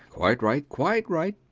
quite right, quite right.